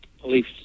police